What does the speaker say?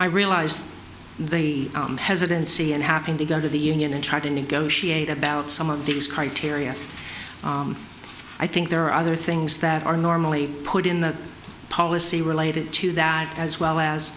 i realized the hesitancy in having to go to the union and try to negotiate about some of these criteria i think there are other things that are normally put in the policy related to that as well as